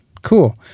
Cool